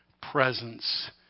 presence